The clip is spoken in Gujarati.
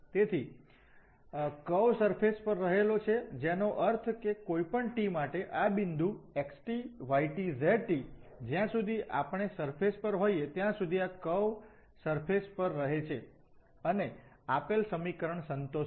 તેથી કર્વ સરફેશ પર રહેલો છે જેનો અર્થ છે કે કોઈપણ t માટે આ બિંદુ xt yt zt જ્યાં સુધી આપણે સરફેશ પર હોઈએ ત્યાં સુધી આ કર્વ સરફેશ પર રહે છે અને આપેલ સમીકરણ સંતોષશે